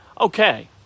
Okay